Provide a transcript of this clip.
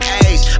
age